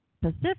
Pacific